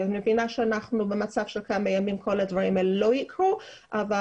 אני מבינה שאנחנו במצב שתוך כמה ימים הדברים האלה לא יקרו אבל